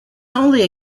only